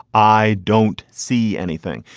i don't see anything.